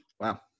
wow